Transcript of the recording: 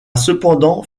cependant